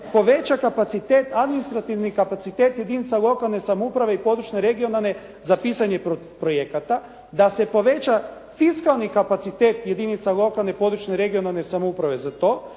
kapacitet, administrativni kapacitet jedinica lokalne samouprave i područne, regionalne za pisanje projekata. Da se poveća fiskalni kapacitet jedinica lokalne, područne, regionalne samouprave za to.